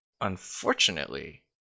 Unfortunately